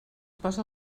posa